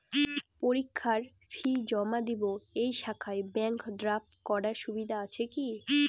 পরীক্ষার ফি জমা দিব এই শাখায় ব্যাংক ড্রাফট করার সুবিধা আছে কি?